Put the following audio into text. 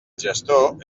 gestor